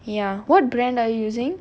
ya what brand are using